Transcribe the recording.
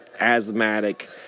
asthmatic